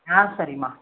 ஆ சரிம்மா